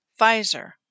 Pfizer